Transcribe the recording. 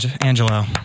Angelo